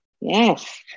yes